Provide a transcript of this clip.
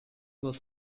was